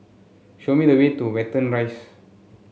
show me the way to Watten Rise